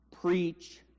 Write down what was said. preach